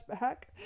back